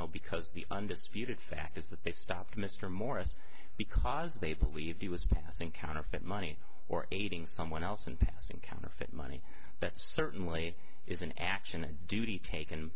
ino because the undisputed fact is that they stopped mr morris because they believed he was passing counterfeit money or aiding someone else and passing counterfeit money that certainly is an action and duty taken